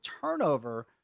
turnover